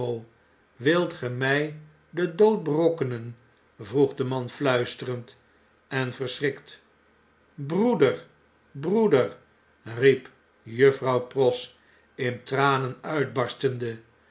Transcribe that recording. wilt ge mjj den dood berokkenen vroeg de man fiuisterend en verschrikt broeder breeder riep juffrouw pross in tranen uitbarstende